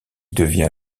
devient